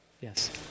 Yes